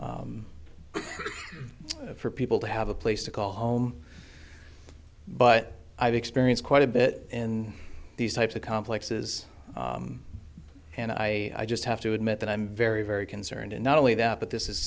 for people to have a place to call home but i've experienced quite a bit in these types of complexes and i just have to admit that i'm very very concerned and not only that but this is